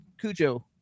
Cujo